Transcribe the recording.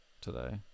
today